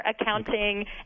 accounting